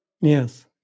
Yes